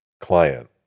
client